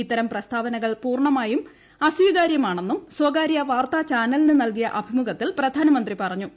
ഇത്തരം പ്രസ്താവനകൾ പൂർണ്ണമായും അസ്വീകാര്യമാണെന്നും സ്ഥകാര്യ വാർത്താ ചാനലിനു നൽകിയ അഭിമുഖത്തിൽ പ്രധാനമന്ത്രി പറഞ്ഞു